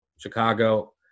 Chicago